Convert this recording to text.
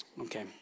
Okay